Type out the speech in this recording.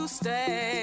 stay